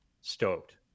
Stoked